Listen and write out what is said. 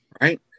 right